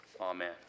Amen